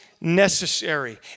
necessary